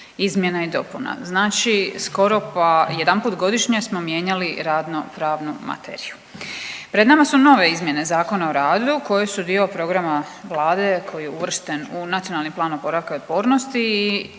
izmjena i dopuna. Znači skoro pa jedanput godišnje smo mijenjali radnopravnu materiju. Pred nama su nove izmjene Zakona o radu koje su dio programa Vlade koji je uvršten u Nacionalni plan oporavka i otpornosti